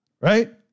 right